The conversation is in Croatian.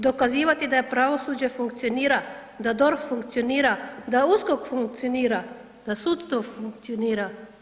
Dokazivati da je pravosuđe funkcionira, da DORH funkcionira, da USKOK funkcionira, da sudstvo funkcionira?